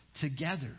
together